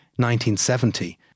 1970